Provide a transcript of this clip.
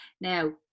Now